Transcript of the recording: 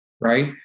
right